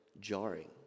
jarring